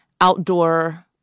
outdoor